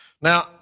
Now